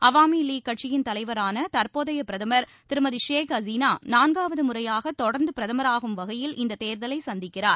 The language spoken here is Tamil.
அவாமி லீக் கட்சியின் தலைவரான தற்போதைய பிரதமர் திருமதி ஷேக் ஹசினா நான்காவது முறையாக தொடர்ந்து பிரதமராகும் வகையில் இந்த தேர்தலை சந்திக்கிறார்